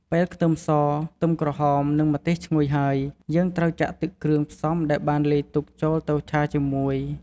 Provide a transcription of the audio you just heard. ពេលខ្ទឹមស ខ្ទឹមក្រហម និងម្ទេសឈ្ងុយហើយ យើងត្រូវចាក់ទឹកគ្រឿងផ្សំដែលបានលាយទុកចូលទៅឆាជាមួយ។